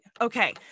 Okay